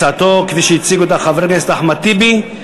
כפי שהציג אותה חבר הכנסת אחמד טיבי,